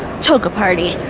toga party